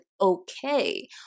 okay